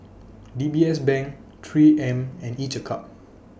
D B S Bank three M and Each A Cup